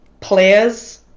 players